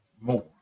more